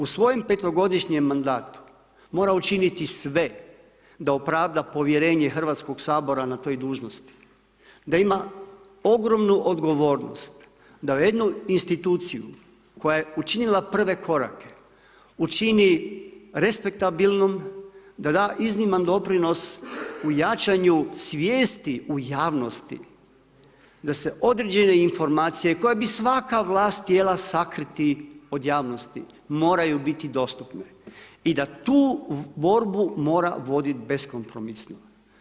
U svojem petogodišnjem mandatu mora učiniti sve da opravda povjerenje Hrvatskog sabora na toj dužnosti, da ima ogromnu odgovornost da jednu instituciju koja je učinila prve korake, učini respektabilnom, da da izniman doprinos u jačanju svijesti u javnosti, da se određene informacije koje bi svaka vlast htjela sakriti od javnosti, moraju biti dostupne i da tu borbu mora voditi bez kompromisno.